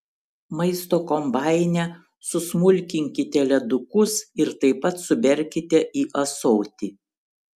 maisto kombaine susmulkinkite ledukus ir taip pat suberkite į ąsotį